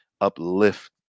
uplift